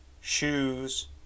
shoes